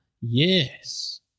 Yes